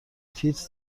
تیتر